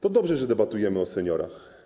To dobrze, że debatujemy o seniorach.